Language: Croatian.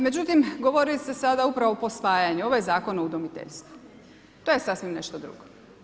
Međutim govori se sada upravo o posvajanju, ovo je Zakon o udomiteljstvu, to je sasvim nešto drugo.